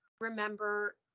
remember